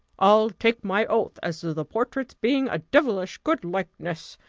i'll take my oath as to the portrait's being a devilish good likeness,